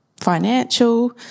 financial